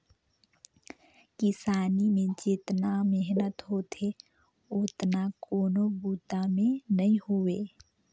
किसानी में जेतना मेहनत होथे ओतना कोनों बूता में नई होवे